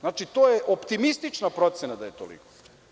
Znači to je optimistička procena da je toliko.